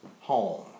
home